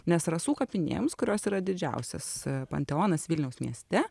nes rasų kapinėms kurios yra didžiausias panteonas vilniaus mieste